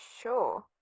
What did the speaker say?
Sure